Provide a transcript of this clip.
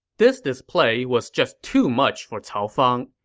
this display was just too much for cao fang.